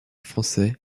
français